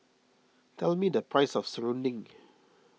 tell me the price of Serunding